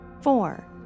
Four